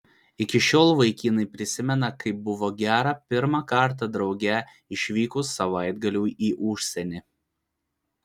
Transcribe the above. iki šiol vaikinai prisimena kaip buvo gera pirmą kartą drauge išvykus savaitgaliui į užsienį